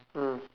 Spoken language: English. mm